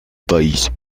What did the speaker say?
país